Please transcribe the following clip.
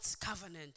covenant